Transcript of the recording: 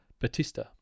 batista